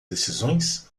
decisões